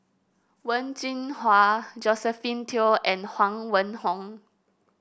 Wen Jinhua Josephine Teo and Huang Wenhong